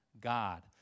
God